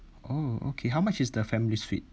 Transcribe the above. oh okay how much is the family suite